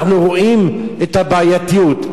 אנחנו רואים את הבעייתיות,